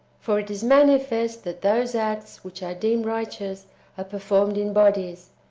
for it is manifest that those acts which are deemed righteous are performed in bodies.